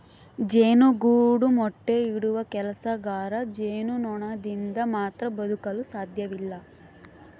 ಜೇನುಗೂಡು ಮೊಟ್ಟೆ ಇಡುವ ಕೆಲಸಗಾರ ಜೇನುನೊಣದಿಂದ ಮಾತ್ರ ಬದುಕಲು ಸಾಧ್ಯವಿಲ್ಲ